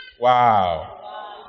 Wow